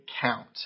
count